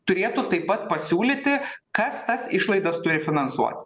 turėtų taip pat pasiūlyti kas tas išlaidas turi finansuot